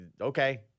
Okay